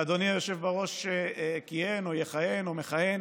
ואדוני היושב-ראש כיהן או יכהן או מכהן